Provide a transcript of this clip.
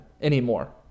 anymore